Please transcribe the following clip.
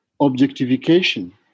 objectification